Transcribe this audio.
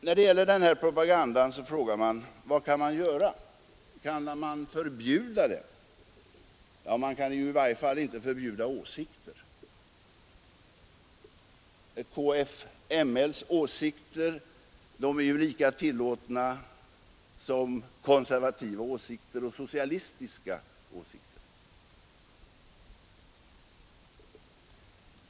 När det gäller den här propagandan frågar man: Vad kan man göra, och kan man förbjuda den? Ja, man kan i varje fall inte förbjuda åsikter KFML:ss åsikter är lika tillåtna som konservativa åsikter och socialistiska åsikter.